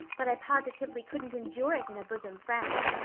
but i positively couldn't endure it in a bosom friend.